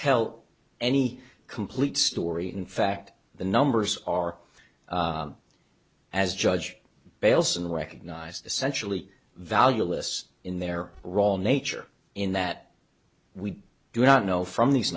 tell any complete story in fact the numbers are as judge bales and recognized essentially valueless in their role nature in that we do not know from these